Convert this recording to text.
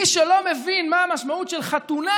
מי שלא מבין מה המשמעות של חתונה,